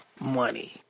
money